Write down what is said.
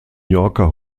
yorker